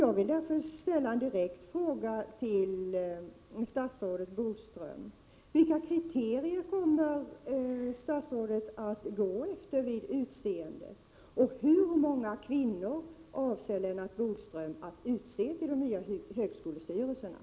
Jag vill därför ställa en fråga direkt till statsrådet Bodström: Vilka kriterier kommer statsrådet att gå efter vid utseendet av ledamöterna, och hur många kvinnor kommer Lennart Bodström att utse till de nya högskolestyrelserna?